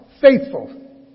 Faithful